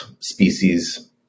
species